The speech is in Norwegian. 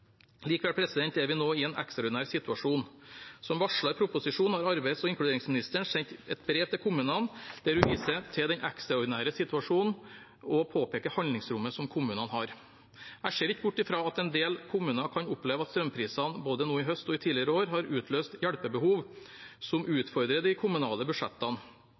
Likevel er vi nå i en ekstraordinær situasjon. Som varslet i proposisjonen har arbeids- og inkluderingsministeren sendt et brev til kommunene der hun viser til den ekstraordinære situasjonen og påpeker handlingsrommet som kommunene har. Jeg ser ikke bort fra at en del kommuner kan oppleve at strømprisene både nå i høst og tidligere i år har utløst hjelpebehov som utfordrer de kommunale budsjettene.